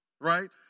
right